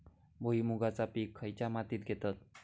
भुईमुगाचा पीक खयच्या मातीत घेतत?